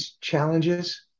challenges